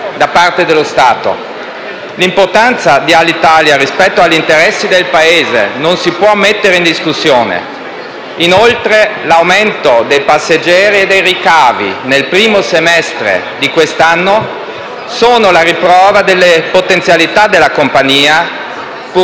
da parte dello Stato. L'importanza di Alitalia rispetto agli interessi del Paese non si può mettere in discussione. Inoltre, l'aumento dei passeggeri e dei ricavi nel primo semestre di quest'anno son la riprova delle potenzialità della compagnia, purché